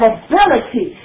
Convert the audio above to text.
ability